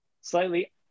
slightly